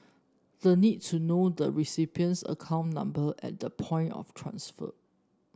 the need to know the recipient's account number at the point of transfer